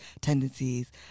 tendencies